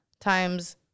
times